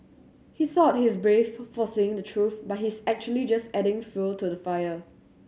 he thought he's brave for saying the truth but he's actually just adding fuel to the fire